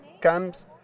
comes